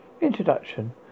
Introduction